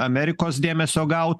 amerikos dėmesio gaut